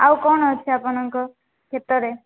ଆଉ କ'ଣ ଅଛି ଆପଣଙ୍କ କ୍ଷେତରେ